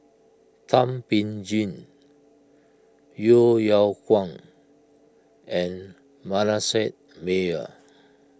Thum Ping Tjin Yeo Yeow Kwang and Manasseh Meyer